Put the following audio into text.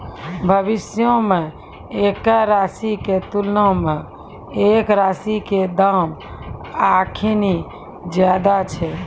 भविष्यो मे एक्के राशि के तुलना मे एक राशि के दाम अखनि ज्यादे छै